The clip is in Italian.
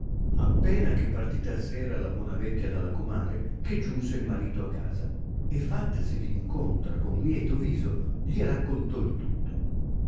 appena che partita s era la buona vecchia dalla comare che giunse il marito a casa e fattasevi in contra con lieto viso gli raccontò il tutto